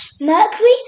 Mercury